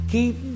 Keep